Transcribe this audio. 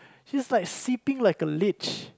she's like sleeping like a leech